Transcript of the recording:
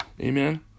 Amen